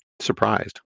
surprised